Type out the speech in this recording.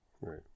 Right